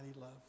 love